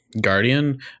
guardian